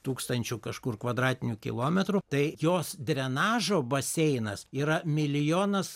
tūkstančių kažkur kvadratinių kilometrų tai jos drenažo baseinas yra milijonas